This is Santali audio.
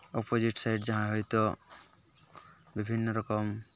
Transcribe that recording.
ᱚᱯᱚᱡᱤᱴ ᱥᱟᱭᱤᱰ ᱡᱟᱦᱟᱸ ᱦᱳᱭᱛᱳ ᱵᱤᱵᱷᱤᱱᱱᱚ ᱨᱚᱠᱚᱢ